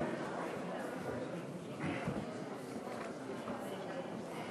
(הישיבה נפסקה בשעה 17:55 ונתחדשה בשעה